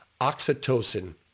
oxytocin